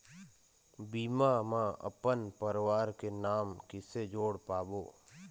बीमा म अपन परवार के नाम किसे जोड़ पाबो?